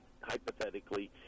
hypothetically